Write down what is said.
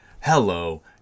Hello